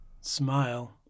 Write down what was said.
Smile